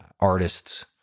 artists